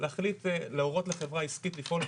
להורות לחברה העסקית לפעול,